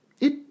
It